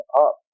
up